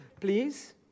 please